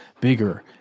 bigger